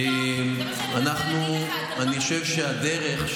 זה מה שאני מנסה להגיד לך,